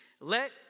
let